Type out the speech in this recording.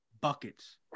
Buckets